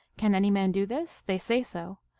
can any man do this? they say so,